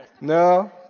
No